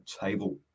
table